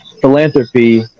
philanthropy